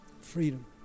freedom